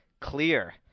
clear